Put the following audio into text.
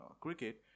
cricket